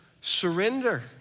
surrender